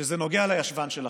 כשזה נוגע לישבן שלכם,